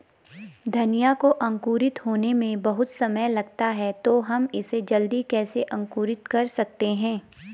धनिया को अंकुरित होने में बहुत समय लगता है तो हम इसे जल्दी कैसे अंकुरित कर सकते हैं?